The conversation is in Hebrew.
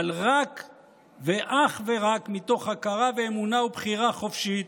אבל אך ורק מתוך הכרה ואמונה ובחירה חופשית,